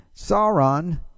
Sauron